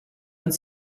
uns